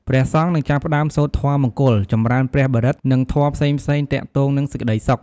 ព្រះសង្ឃនឹងចាប់ផ្ដើមសូត្រធម៌មង្គល ចម្រើនព្រះបរិត្ត និងធម៌ផ្សេងៗទាក់ទងនឹងសេចក្ដីសុខ។